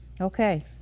Okay